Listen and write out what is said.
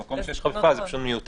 במקום שיש חפיפה זה מיותר.